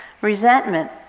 resentment